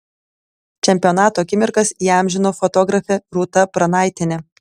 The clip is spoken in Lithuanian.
čempionato akimirkas įamžino fotografė rūta pranaitienė